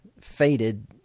faded